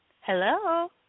Hello